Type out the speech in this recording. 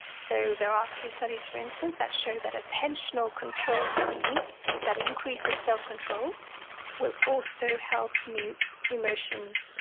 so, there are few studies, for instance, that show that attentional control training that increases self-control will also help mute emotion,